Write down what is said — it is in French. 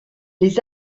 les